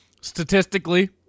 statistically